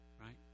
Right